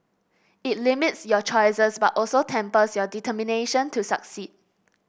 it limits your choices but also tempers your determination to succeed